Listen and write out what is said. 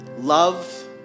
love